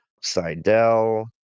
Seidel